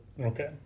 Okay